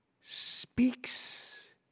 speaks